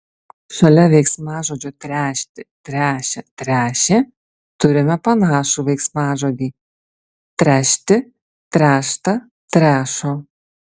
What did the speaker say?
šalia veiksmažodžio tręšti tręšia tręšė turime panašų veiksmažodį trešti tręšta trešo